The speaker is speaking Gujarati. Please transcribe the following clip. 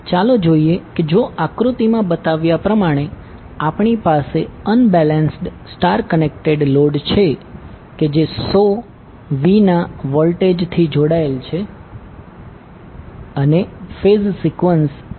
ચાલો જોઈએ કે જો આકૃતિમાં બતાવ્યા પ્રમાણે આપણી પાસે અનબેલેન્સ્ડ સ્ટાર કનેક્ટેડ લોડ છે કે જે 100 V ના વોલ્ટેજથી જોડાયેલ છે અને ફેઝ સિક્વંસ acb છે